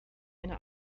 eine